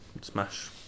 Smash